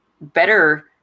better